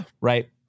right